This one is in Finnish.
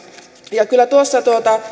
kyllä tuossa